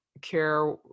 care